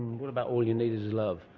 what about all you need is love?